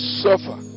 suffer